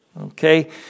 Okay